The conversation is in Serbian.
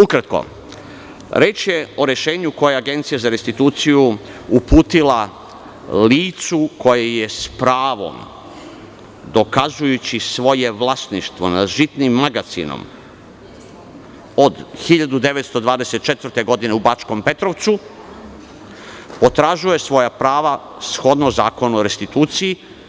Ukratko, reč je o rešenju koje je Agencija za restituciju uputila licu koje s pravom, dokazujući svoje vlasništvo nad žitnim magacinom od 1924. godine u Bačkom Petrovcu, potražuje svoja prava shodno Zakonu o restituciji.